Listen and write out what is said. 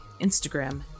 Instagram